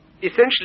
essentially